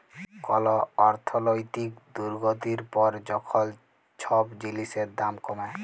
call অর্থলৈতিক দুর্গতির পর যখল ছব জিলিসের দাম কমে